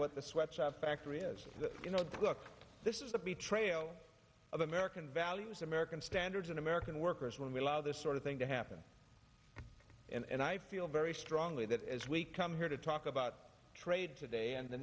what the sweatshop factory is you know that look this is the b trail of american values american standards and american workers when we allow this sort of thing to happen and i feel very strongly that as we come here to talk about trade today and the